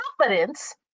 confidence